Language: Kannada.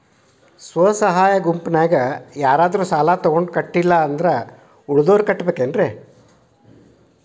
ಸ್ವ ಸಹಾಯ ಗುಂಪಿನ್ಯಾಗ ಯಾರಾದ್ರೂ ಸಾಲ ತಗೊಂಡು ಕಟ್ಟಿಲ್ಲ ಅಂದ್ರ ಉಳದೋರ್ ಕಟ್ಟಬೇಕೇನ್ರಿ?